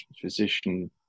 physician